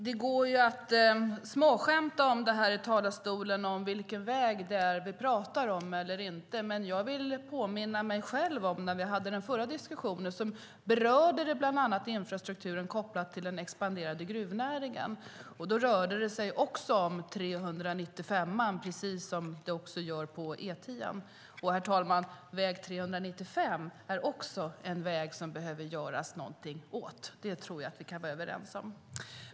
Herr talman! Det går att småskämta om det här i talarstolen - vilken väg det är vi pratar om eller inte. Men jag vill påminna mig själv om den förra diskussionen. Då berörde vi bland annat infrastrukturen kopplat till den expanderande gruvnäringen. Då rörde det sig om 395:an, precis som det nu rör E10:an. Och, herr talman, väg 395 är också en väg som det behöver göras någonting åt; det tror jag att vi kan vara överens om.